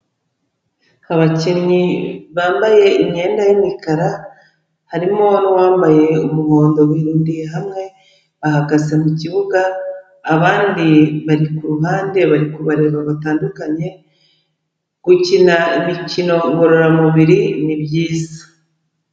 Abakinnyi bambaye imyenda y'imikara, harimo n'uwambaye umuhondo, birundiye hamwe, bahagaze mu kibuga, abandi bari ku ruhande, bari kubareba batandukanye, gukina imikino ngororamubiri ni byiza.